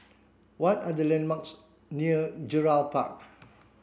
what are the landmarks near Gerald Park